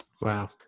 Wow